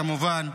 כמובן,